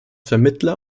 vermittler